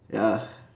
ya